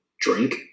drink